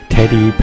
Teddy